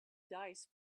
dice